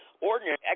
ordinary